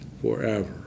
forever